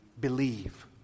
Believe